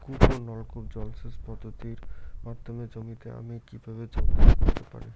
কূপ ও নলকূপ জলসেচ পদ্ধতির মাধ্যমে জমিতে আমি কীভাবে জলসেচ করতে পারি?